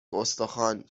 استخوان